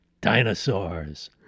dinosaurs